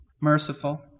merciful